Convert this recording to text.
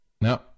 no